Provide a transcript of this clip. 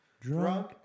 Drunk